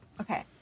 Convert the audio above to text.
Okay